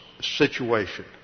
situation